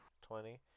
Twenty